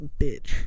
bitch